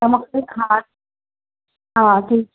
हा ठीकु